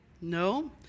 No